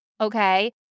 Okay